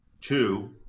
two